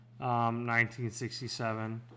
1967